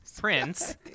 Prince